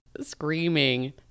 screaming